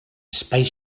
space